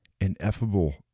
ineffable